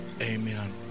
Amen